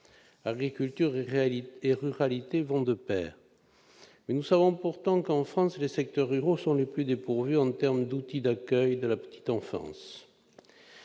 Agriculture et ruralité vont de pair. Nous savons pourtant que les secteurs ruraux sont, en France, les plus dépourvus en termes d'outils d'accueil de la petite enfance.